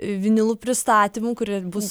vinilų pristatymų kurie bus